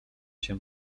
się